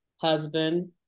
husband